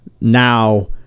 now